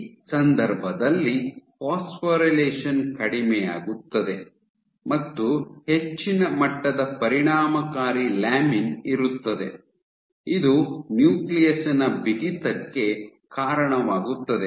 ಆ ಸಂದರ್ಭದಲ್ಲಿ ಫಾಸ್ಫೊರಿಲೇಷನ್ ಕಡಿಮೆಯಾಗುತ್ತದೆ ಮತ್ತು ಹೆಚ್ಚಿನ ಮಟ್ಟದ ಪರಿಣಾಮಕಾರಿ ಲ್ಯಾಮಿನ್ ಇರುತ್ತದೆ ಇದು ನ್ಯೂಕ್ಲಿಯಸ್ ನ ಬಿಗಿತಕ್ಕೆ ಕಾರಣವಾಗುತ್ತದೆ